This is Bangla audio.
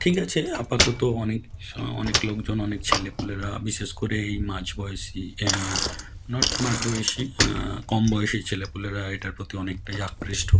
ঠিক আছে আপাতত অনেক সা অনেক লোকজন অনেক ছেলেপুলেরা বিশেষ করে এই মাঝ বয়সী নট মাঝ বয়েসী কম বয়সী ছেলেপুলেরা এইটার প্রতি অনেকটাই আকৃষ্ট